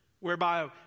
whereby